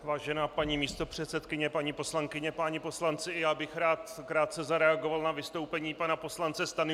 Vážená paní místopředsedkyně, paní poslankyně, páni poslanci, i já bych rád krátce zareagoval na vystoupení pana poslance Stanjury.